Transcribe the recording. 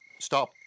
Stop